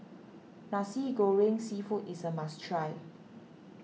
Nasi Goreng Seafood is a must try